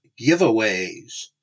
giveaways